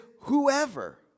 whoever